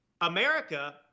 America